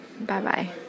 Bye-bye